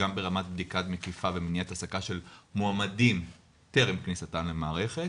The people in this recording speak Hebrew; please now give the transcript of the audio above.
גם ברמת בדיקה מקיפה ומניעת העסקה של מועמדים טרם כניסתם למערכת,